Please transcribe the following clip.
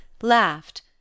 laughed